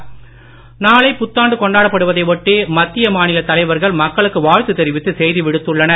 புத்தாண்டு தொடர்ச்சி நாளை புத்தாண்டு கொண்டாடப்படுவதை ஒட்டி மத்திய மாநில தலைவர்கள் மக்களுக்கு வாழ்த்து தெரிவித்து செய்தி விடுத்துள்ளனர்